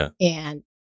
and-